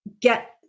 get